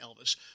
Elvis